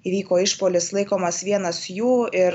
įvyko išpuolis laikomas vienas jų ir